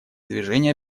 движение